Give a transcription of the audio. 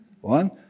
One